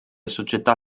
società